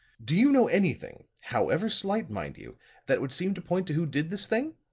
do you know anything however slight, mind you that would seem to point to who did this thing?